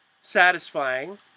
satisfying